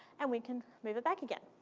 and we can move it back again.